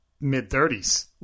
mid-30s